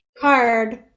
card